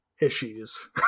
issues